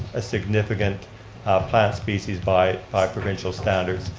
a significant plant species by provincial standards.